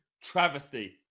Travesty